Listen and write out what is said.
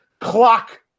clock